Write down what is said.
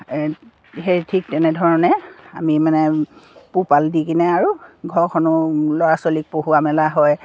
সেই ঠিক তেনেধৰণে আমি মানে পোহপাল দি কিনে আৰু ঘৰখনো ল'ৰা ছোৱালীক পঢ়োৱা মেলা হয়